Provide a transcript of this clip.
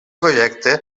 projecte